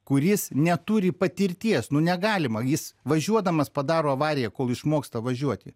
kuris neturi patirties nu negalima jis važiuodamas padaro avariją kol išmoksta važiuoti